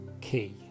key